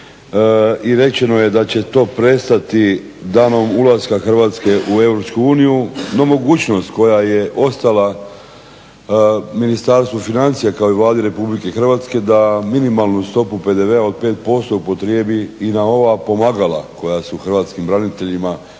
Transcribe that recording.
i rečeno je da će to prestati danom ulaska Hrvatske u EU. No mogućnost koja je ostala Ministarstvu financija kao i Vladi Republike Hrvatske da minimalnu stopu PDV-a od 5% upotrijebi i na ova pomagala koja su hrvatskim braniteljima nužno